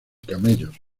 camellos